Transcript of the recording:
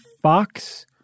Fox